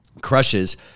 crushes